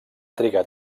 trigar